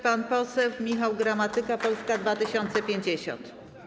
Pan poseł Michał Gramatyka, Polska 2050.